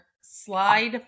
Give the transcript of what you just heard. slide